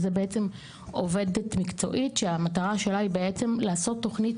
שהיא בעצם עובדת מקצועית שהמטרה שלה היא בעצם לעשות תוכנית